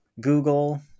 Google